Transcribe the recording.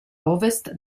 ovest